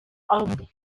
army